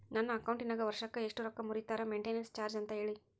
ನನ್ನ ಅಕೌಂಟಿನಾಗ ವರ್ಷಕ್ಕ ಎಷ್ಟು ರೊಕ್ಕ ಮುರಿತಾರ ಮೆಂಟೇನೆನ್ಸ್ ಚಾರ್ಜ್ ಅಂತ ಹೇಳಿ?